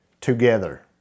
together